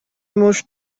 موش